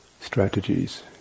strategies